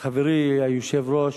חברי היושב-ראש,